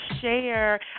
share